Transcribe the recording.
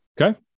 Okay